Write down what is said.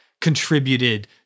contributed